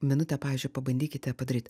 minutę pavyzdžiui pabandykite padaryt